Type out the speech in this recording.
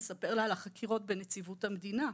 אספר לה על החקירות בנציבות המדינה.